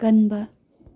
ꯀꯟꯕ